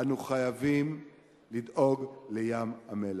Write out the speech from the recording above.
אנו חייבים לדאוג לים-המלח.